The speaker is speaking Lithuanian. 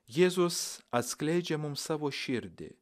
jėzus atskleidžia mums savo širdį